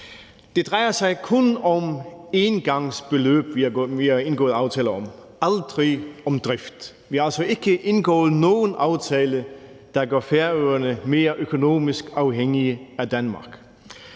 Det drejer sig kun om engangsbeløb, vi har indgået aftaler om, aldrig om drift. Vi har altså ikke indgået nogen aftale, der gør Færøerne mere økonomisk afhængig af Danmark.